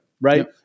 Right